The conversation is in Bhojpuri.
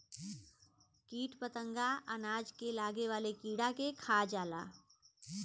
कीट फतंगा अनाज पे लागे वाला कीड़ा के खा जाला